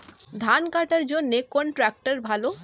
ধান কাটার জন্য কোন ট্রাক্টর ভালো?